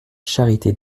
charité